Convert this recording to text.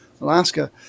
Alaska